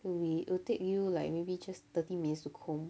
will be will take you like maybe just thirty minutes to comb